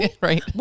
right